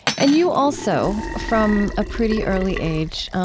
and you also, from a pretty early age